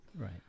Right